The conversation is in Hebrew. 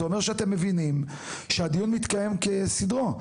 זה אומר שאתם מבינים שהדיון מתקיים כסדרו,